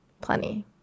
Plenty